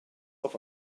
auf